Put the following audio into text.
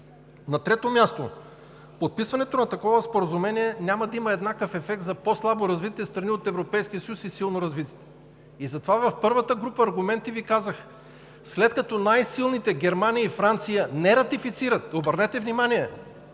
На трето място, подписването на такова споразумение няма да има еднакъв ефект за по-слабо развитите страни от Европейския съюз и силно развитите. Затова в първата група аргументи Ви казах: след като най-силните – Германия и Франция, не ратифицират, обърнете внимание,